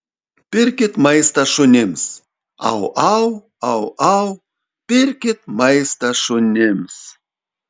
pirkit maistą šunims au au au au pirkit maistą šunims